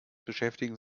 beschäftigen